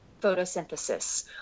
photosynthesis